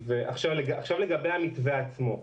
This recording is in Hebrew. לגבי המתווה עצמו.